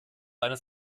eines